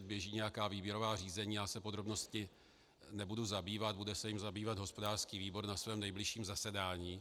Běží nějaká výběrová řízení, podrobnostmi se nebudu zabývat, bude se jimi zabývat hospodářský výbor na svém nejbližším zasedání.